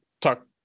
talk